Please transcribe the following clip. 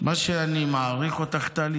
טלי,